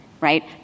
right